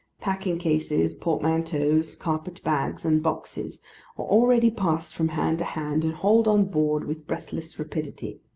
packing-cases, portmanteaus, carpet-bags, and boxes, are already passed from hand to hand, and hauled on board with breathless rapidity.